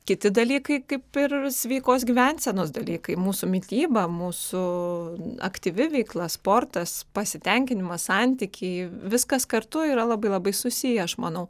kiti dalykai kaip ir sveikos gyvensenos dalykai mūsų mityba mūsų aktyvi veikla sportas pasitenkinimas santykiai viskas kartu yra labai labai susiję aš manau